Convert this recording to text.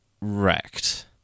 wrecked